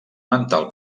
mental